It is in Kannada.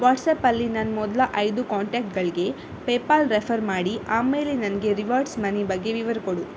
ವಾಟ್ಸಾಪಲ್ಲಿ ನನ್ನ ಮೊದಲ ಐದು ಕಾಂಟ್ಯಾಕ್ಟ್ಗಳಿಗೆ ಪೇ ಪಾಲ್ ರೆಫರ್ ಮಾಡಿ ಆಮೇಲೆ ನನಗೆ ರಿವಾರ್ಡ್ಸ್ ಮನಿ ಬಗ್ಗೆ ವಿವರ ಕೊಡು